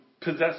possess